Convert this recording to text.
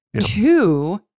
Two